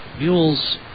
Mules